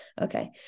okay